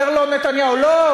אומר לו נתניהו: לא,